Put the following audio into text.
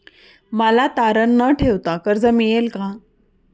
मला तारण न ठेवता कर्ज मिळेल का?